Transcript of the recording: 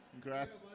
Congrats